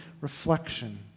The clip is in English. reflection